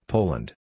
Poland